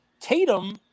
Tatum